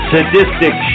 Sadistic